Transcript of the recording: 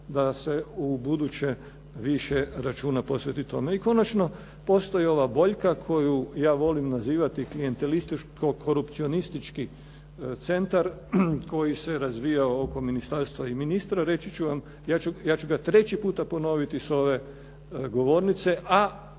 da se u buduće više računa posveti tome. I konačno, postoji ova boljka koju ja volim nazivati klijentelističko-korupcionistički centar koji se razvijao oko ministarstva i ministra. Reći ću vam, ja ću ga treći puta ponoviti sa ove govornice,